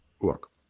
look